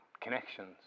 connections